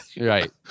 right